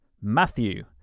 Matthew